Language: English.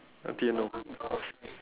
a bit no